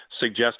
suggest